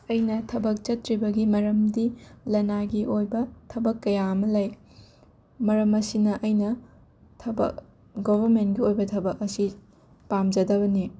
ꯑꯩꯅ ꯊꯕꯛ ꯆꯠꯇ꯭ꯔꯤꯕꯒꯤ ꯃꯔꯝꯗꯤ ꯂꯅꯥꯏꯒꯤ ꯑꯣꯏꯕ ꯊꯕꯛ ꯀꯌꯥ ꯑꯃ ꯂꯩ ꯃꯔꯝ ꯑꯁꯤꯅ ꯑꯩꯅ ꯊꯕꯛ ꯒꯣꯕꯔꯃꯦꯟꯒꯤ ꯑꯣꯏꯕ ꯊꯕꯛ ꯑꯁꯤ ꯄꯥꯝꯖꯗꯕꯅꯤ